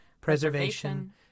preservation